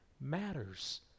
matters